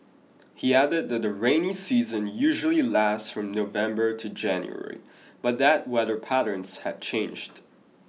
he added that the rainy season usually lasts from November to January but that weather patterns had changed